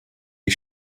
die